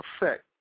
effect